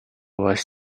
was